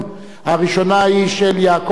הראשונה היא של יעקב כץ,